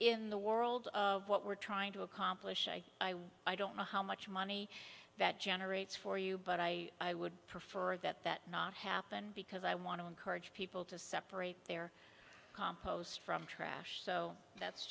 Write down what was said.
in the world of what we're trying to accomplish i i don't know how much money that generates for you but i would prefer that that not happen because i want to encourage people to separate their compost from trash so that's